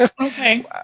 Okay